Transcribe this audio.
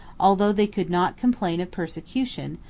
although they could not complain of persecution,